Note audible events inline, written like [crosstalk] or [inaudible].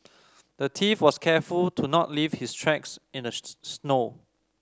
the thief was careful to not leave his tracks in the [unintelligible] snow